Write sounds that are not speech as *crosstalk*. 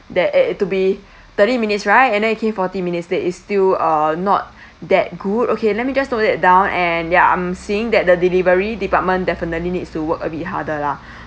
that it it to be *breath* thirty minutes right and then it came forty minutes late it's still uh not *breath* that good okay let me just note that down and ya I'm seeing that the delivery department definitely needs to work a bit harder lah *breath*